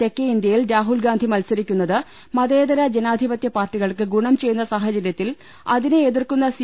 തെക്കേ ഇന്ത്യയിൽ രാഹുൽഗാന്ധി മത്സ രിക്കുന്നത് മതേതര ജനാധിപത്യ പാർട്ടികൾക്ക് ഗുണം ചെയ്യുന്ന സാഹചര്യത്തിൽ അതിനെ എതിർക്കുന്ന സി